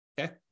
Okay